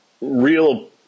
real